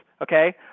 okay